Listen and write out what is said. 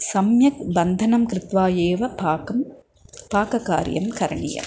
सम्यक् बन्धनं कृत्वा एव पाकं पाककार्यं करणीयम्